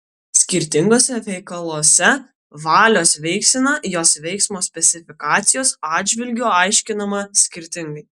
skirtinguose veikaluose valios veiksena jos veiksmo specifikacijos atžvilgiu aiškinama skirtingai